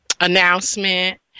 announcement